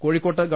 കോഴിക്കോട്ട് ഗവ